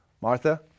Martha